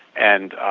and